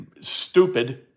stupid